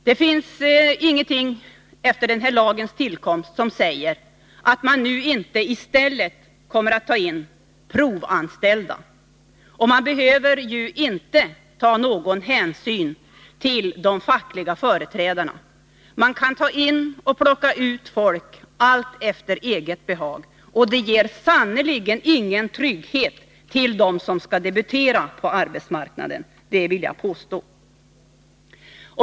Det finns ingenting efter den här lagens tillkomst som säger att man nu inte i stället kommer att ta in provanställda. Man behöver inte ta någon hänsyn till de fackliga företrädarna. Man kan ta in och plocka ut folk alltefter eget behag, och det ger sannerligen ingen trygghet till dem som skall debutera på arbetsmarknaden, det vill jag påstå.